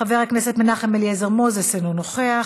חבר הכנסת מנחם אליעזר מוזס, אינו נוכח.